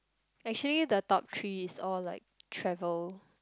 actually the top three is all like travel